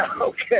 Okay